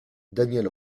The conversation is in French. daniel